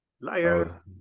Liar